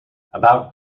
about